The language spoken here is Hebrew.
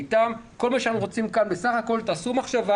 כל מה שאנחנו רוצים כאן: בסך הכול תקדישו מחשבה,